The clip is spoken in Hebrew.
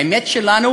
האמת שלנו